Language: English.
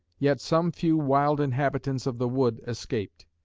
yet some few wild inhabitants of the wood escaped.